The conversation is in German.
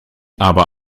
aber